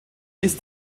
ist